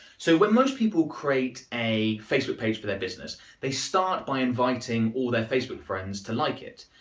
so when most people create a facebook page for their business, they start by inviting all their facebook friends to like it.